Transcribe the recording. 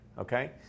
okay